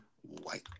white